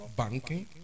banking